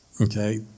okay